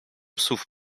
psów